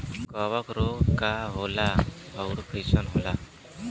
कवक रोग का होला अउर कईसन होला?